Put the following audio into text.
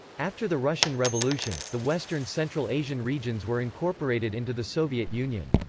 after the russian revolution, the western central asian regions were incorporated into the soviet union.